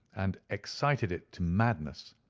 and excited it to madness.